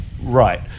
right